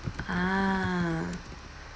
ah